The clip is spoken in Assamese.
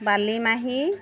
বালিমাহী